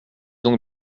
donc